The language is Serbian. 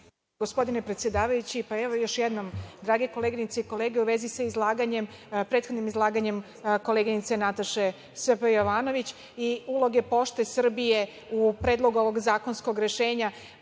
Gospodine predsedavajući, pa evo, još jednom. Drage koleginice i kolege, u vezi sa prethodnim izlaganjem koleginice Nataša Sp. Jovanović i uloge „Pošte Srbije“ u predlogu ovog zakonskog rešenja,